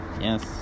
yes